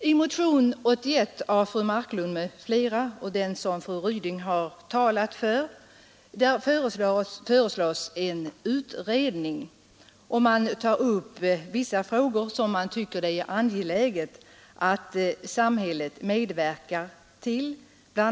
I motionen 81 av fru Marklund m.fl., som fru Ryding talat för, föreslås en utredning, och vissa frågor tas upp som man tycker det är angeläget att samhället medverkar till att lösa.